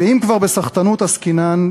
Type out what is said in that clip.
ואם כבר בסחטנות עסקינן,